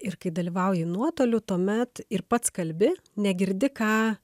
ir kai dalyvauji nuotoliu tuomet ir pats kalbi negirdi ką